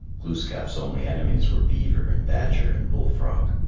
glooskap's only enemies were beaver and badger and bull frog.